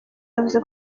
yavuze